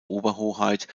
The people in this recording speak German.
oberhoheit